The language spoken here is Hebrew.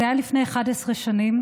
זה היה לפני 11 שנים,